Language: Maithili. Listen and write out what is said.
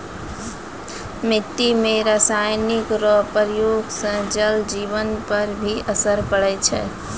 मिट्टी मे रासायनिक रो प्रयोग से जल जिवन पर भी असर पड़ै छै